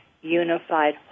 unified